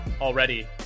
already